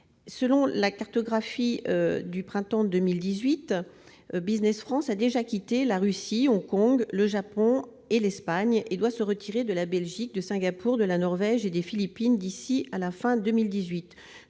Selon la cartographie du printemps 2018, Business France a déjà quitté la Russie, Hong Kong, le Japon et l'Espagne, et doit se retirer de la Belgique, de Singapour, de la Norvège et des Philippines d'ici à la fin de